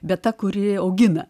bet ta kuri augina